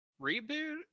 reboot